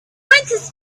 space